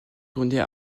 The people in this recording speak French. tournées